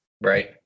Right